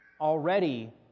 already